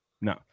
no